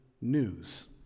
news